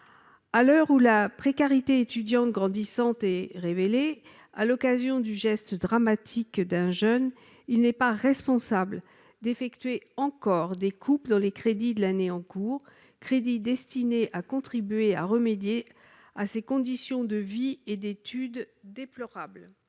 Alors que la précarité étudiante grandissante a été révélée à l'occasion du geste dramatique d'un jeune, il n'est pas responsable de poursuivre les coupes budgétaires dans les crédits de l'année en cours, crédits destinés à contribuer à remédier à ces conditions de vie et d'études déplorables.